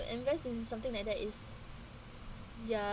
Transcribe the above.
invest in something like that is ya